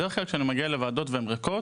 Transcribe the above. בדרך כלל כשאני מגיע לוועדות והן ריקות,